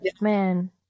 man